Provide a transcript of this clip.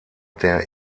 der